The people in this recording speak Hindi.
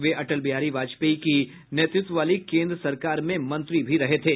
वे अटल बिहारी वाजपेयी की नेतृत्व वाली केन्द्र सरकार में मंत्री भी रहे थे